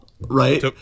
right